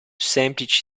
semplici